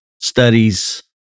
studies